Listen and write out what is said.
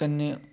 कन्नै